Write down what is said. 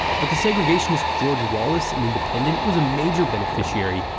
but the segregationist george wallace an independent was a major beneficiary,